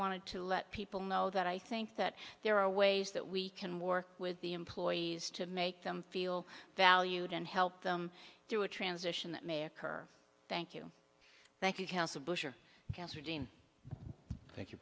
wanted to let people know that i think that there are ways that we can work with the employees to make them feel valued and help them through a transition that may occur thank you thank you council bush or cancer dean thank you